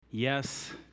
Yes